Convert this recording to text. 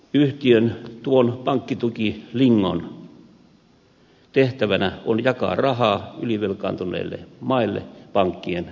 yhtiön tuon pankkitukilingon tehtävänä on jakaa rahaa ylivelkaantuneille maille pankkien pelastamiseksi